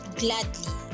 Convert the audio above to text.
gladly